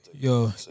Yo